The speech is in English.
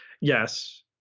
Yes